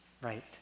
right